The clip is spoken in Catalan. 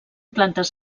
plantes